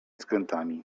skrętami